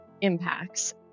impacts